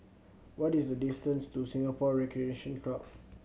what is the distance to Singapore Recreation Club